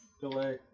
delay